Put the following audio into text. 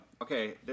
okay